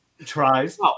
tries